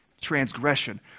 transgression